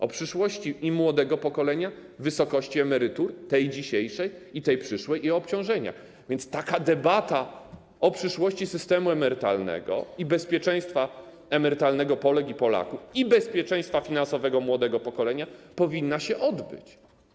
O przyszłości młodego pokolenia, wysokości emerytury - tej dzisiejszej i tej przyszłej - i o obciążeniach, więc taka debata o przyszłości systemu emerytalnego, bezpieczeństwie emerytalnym Polek i Polaków i bezpieczeństwie finansowym młodego pokolenia powinna się odbyć.